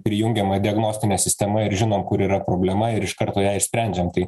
prijungiama diagnostinė sistema ir žinom kur yra problema ir iš karto ją išsprendžiam tai